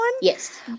Yes